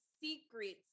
secrets